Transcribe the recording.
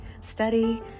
study